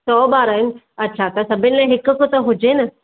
सौ ॿार आहिनि अच्छा त सभिनि लाइ हिकु हिकु त हुजे न